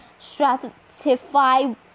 stratify